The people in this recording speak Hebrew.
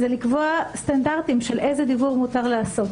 לקבוע סטנדרטים של איזה דיוור מותר לעשות.